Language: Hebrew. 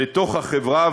לתוך החברה,